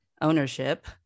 ownership